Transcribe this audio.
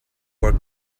work